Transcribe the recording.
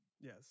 Yes